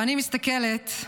ואני מסתכלת: